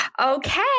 Okay